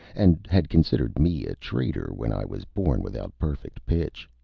and had considered me a traitor when i was born without perfect pitch.